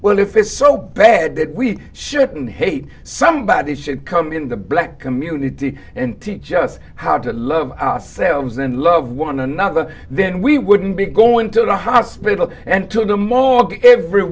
well if it's so bad that we shouldn't hate somebody it should come in the black community and teach us how to love ourselves and love one another then we wouldn't be going to the hospital and to the morgue every